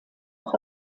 auch